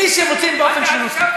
באופן שרירותי.